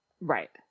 Right